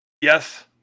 Yes